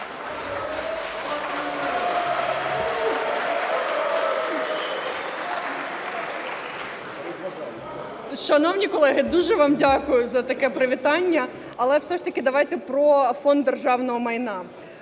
Шановні колеги, дуже вам дякую за таке привітання. Але все ж таки давайте про Фонд державного майна.